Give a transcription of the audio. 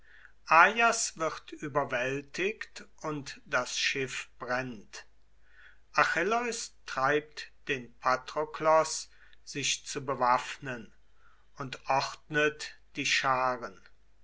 wird überwältigt und das schiff brennt achilleus treibt den patroklos sich zu bewaffnen und ordnet die scharen